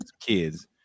kids